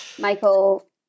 Michael